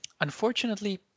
Unfortunately